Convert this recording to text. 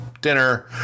dinner